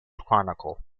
chronicle